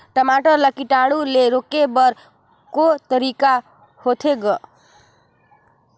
टमाटर ला कीटाणु ले रोके बर को तरीका होथे ग?